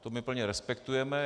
To my plně respektujeme.